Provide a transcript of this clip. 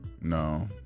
No